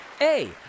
A-